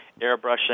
airbrushing